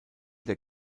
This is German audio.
der